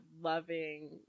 loving